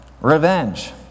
revenge